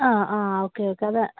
ആ ആ okay okay അത്